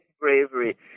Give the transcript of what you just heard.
bravery